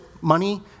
money